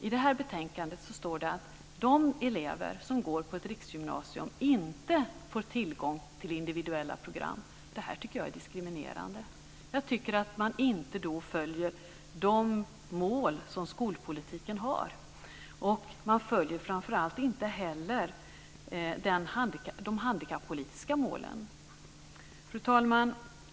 I det här betänkandet står det att de elever som går på ett riksgymnasium inte får tillgång till individuella program. Detta tycker jag är diskriminerande. Jag tycker att man då inte följer skolpolitikens mål. Man följer framför allt inte heller de handikappolitiska målen. Fru talman!